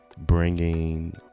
Bringing